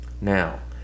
Now